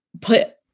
put